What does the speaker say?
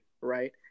right